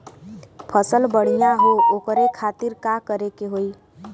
फसल बढ़ियां हो ओकरे खातिर का करे के होई?